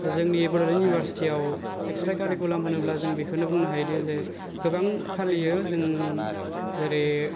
जोंनि बड'लेण्ड इउनिभारसिटियाव extra curriculum होनोब्ला जों बेखौनो बुंनो हायोदि जे गोबां फालियो जों जेरै